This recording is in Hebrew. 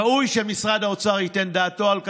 ראוי שמשרד האוצר ייתן את דעתו על כך.